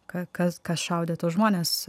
kas kas ką šaudė tuos žmones